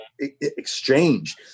exchange